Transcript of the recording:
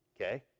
Okay